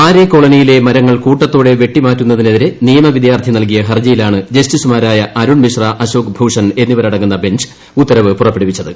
ആരെ കോളനിയിലെ മരങ്ങൾ കൂട്ടത്തോടെ വെട്ടിമാറ്റുന്നതിനെതിരെ നിയമവിദ്യാർത്ഥി നൽകിയ ഹർജിയിലാണ് ജസ്റ്റിസുമാരായ അരുൺ മിശ്ര അശോക് ഭൂഷൺ എന്നിവരടങ്ങുന്ന ബഞ്ച് ഉത്തരവ് പുറപ്പെടുവിച്ചത്